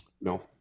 No